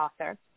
author